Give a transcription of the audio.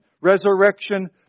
resurrection